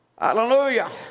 Hallelujah